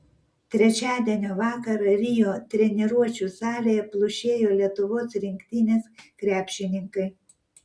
trečiadienio vakarą rio treniruočių salėje plušėjo lietuvos rinktinės krepšininkai